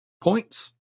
points